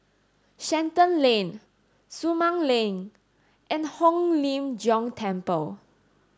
Shenton Lane Sumang Link and Hong Lim Jiong Temple